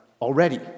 already